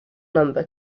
number